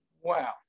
Wow